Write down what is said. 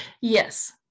Yes